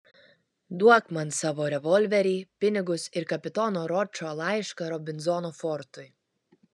duok man savo revolverį pinigus ir kapitono ročo laišką robinzono fortui